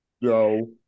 No